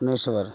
Mysore